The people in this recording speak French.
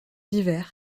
divers